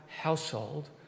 household